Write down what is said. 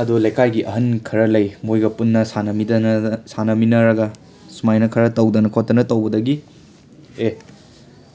ꯑꯗꯣ ꯂꯩꯀꯥꯏꯒꯤ ꯑꯍꯟ ꯈꯔ ꯂꯩ ꯃꯣꯏꯒ ꯄꯨꯟꯅ ꯁꯥꯟꯅꯃꯤꯗꯅ ꯁꯥꯅꯃꯤꯟꯅꯔꯒ ꯁꯨꯃꯥꯏꯅ ꯈꯔ ꯇꯧꯗꯅ ꯈꯣꯠꯇꯅ ꯇꯧꯕꯗꯒꯤ ꯑꯦ